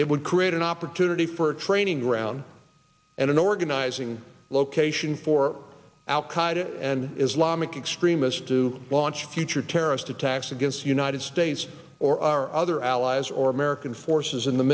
it would create an opportunity for training ground and an organizing location for al qaida and islamic extremists to launch future terrorist attacks against the united states or our other allies or american forces in the